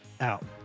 out